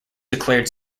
declared